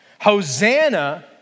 Hosanna